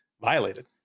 violated